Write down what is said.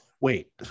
Wait